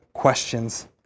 questions